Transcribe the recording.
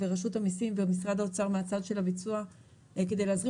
ורשות המיסים והאוצר מהצד של הביצוע כדי להזרים